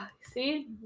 See